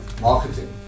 Marketing